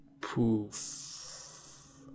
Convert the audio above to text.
Poof